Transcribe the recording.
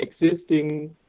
existing